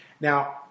now